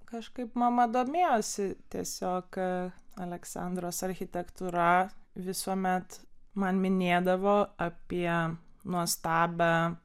kažkaip mama domėjosi tiesiog aleksandros architektūra visuomet man minėdavo apie nuostabią